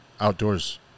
outdoors